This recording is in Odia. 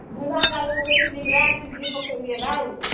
ମୁଁ ବାଙ୍ଗାଲୋର୍ରେ ଥିଲି ପରା ଆସିଛି ପକେଇବି ଏକା ଆଉ